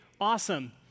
awesome